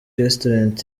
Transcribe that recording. restaurant